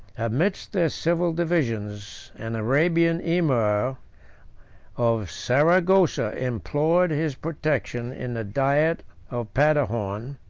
amidst their civil divisions, an arabian emir of saragossa implored his protection in the diet of paderborn.